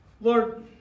Lord